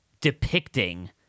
depicting